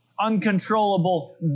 uncontrollable